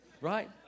right